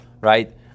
right